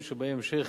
שבהן ימשיך